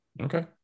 Okay